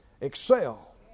Excel